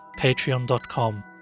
patreon.com